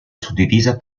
suddivisa